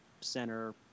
center